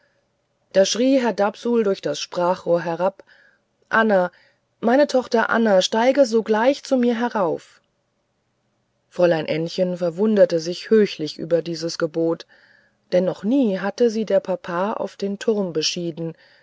da schrie der herr dapsul durch das sprachrohr herab anna meine tochter anna steige sogleich zu mir herauf fräulein ännchen verwunderte sich höchlich über dieses gebot denn noch nie hatte sie der papa auf den turm beschieden